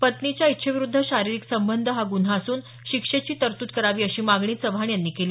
पत्नीच्या इच्छेविरुद्ध शारीरिक संबंध हा गुन्हा मानून शिक्षेची तरतूद करावी अशी मागणी चव्हाण यांनी केली